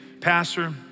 Pastor